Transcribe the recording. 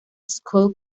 school